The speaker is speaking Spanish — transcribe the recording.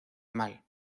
mal